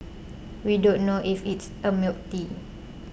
we don't know if it's a milk tea